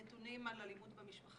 אני אציג כפתיחה נתונים על אלימות במשפחה,